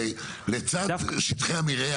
הרי לצד שטחי המרעה